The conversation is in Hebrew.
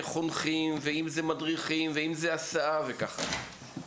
חונכים, מדריכים, הסעות וכן הלאה.